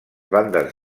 bandes